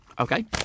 Okay